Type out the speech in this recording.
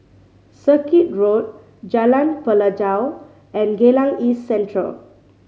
Circuit Road Jalan Pelajau and Geylang East Central